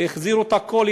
החזירו את הכול,